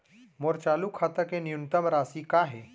मोर चालू खाता के न्यूनतम राशि का हे?